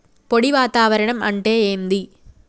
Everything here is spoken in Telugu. పొడి వాతావరణం అంటే ఏంది?